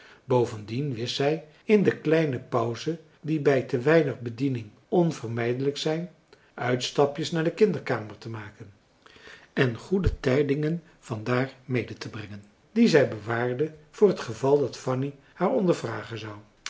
bovendien wist zij in de kleine pauzen die bij te weinig bediening onvermijdelijk zijn uitstapjes naar de kinderkamer te maken en goede tijdingen van daar medetebrengen die zij bewaarde voor het geval dat fanny haar ondervragen zou